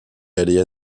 allait